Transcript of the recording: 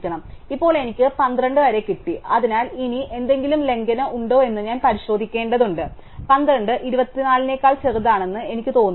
ഇപ്പോൾ എനിക്ക് 12 വരെ കിട്ടി അതിനാൽ ഇനി എന്തെങ്കിലും ലംഘനം ഉണ്ടോ എന്ന് ഞാൻ പരിശോധിക്കേണ്ടതുണ്ട് 12 24 നെക്കാൾ ചെറുതാണെന്ന് എനിക്ക് തോന്നുന്നു